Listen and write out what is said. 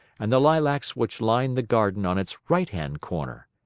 and the lilacs which lined the garden on its right-hand corner.